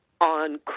on